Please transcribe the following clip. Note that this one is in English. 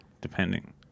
depending